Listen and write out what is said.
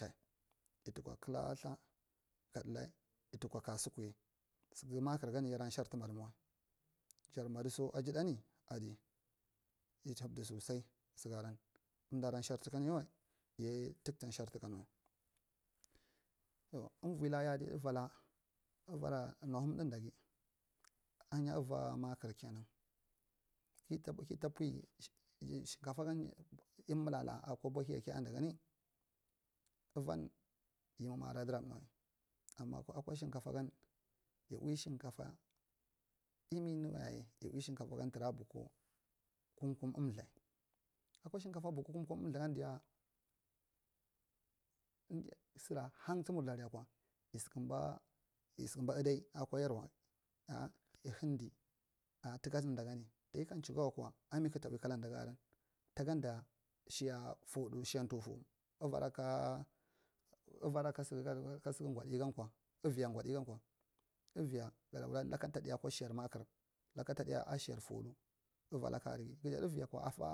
Yi tukwa kala itha ka ɗale yi tukwa kasukuye sege makargan yada sharr tu madimawai jar madiso asa ɗanan adi ya habdi sosai segaaran umdida sharr tukanyawai yaya tukta sharr tukan wai u umvi la yadi uvala ahinya nuhumɗadige uva marker nuhumɗadage kina kitapur shinkafagan emilala akuva abohiya kiya a dagai uvini yimi ma adaai ra daiwai ama akwa shinkafagan emin yayi yi ui shinkata ya ui shinkatagan emin yayai tura buku kum- kum amtha akwa shinkata buku kum- kum amthagandiya sira hang tu murdi alay akwa ya sakumba udal akwa yerwa a yi handi tuka nan dagan ɗai tachiganwakur a mi kakta ui kala da ga aran tagadda shaya fuɗu shaya tufu uvara ka uvaka shigan gwa daigankwa ka uviya gwa ɗaigankwa uvi gada wula laka ta ɗai akwa shayar makar laka ta ɗai akwa shayar fudu uralakadi gajaai uvikwa.